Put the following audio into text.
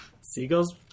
Seagulls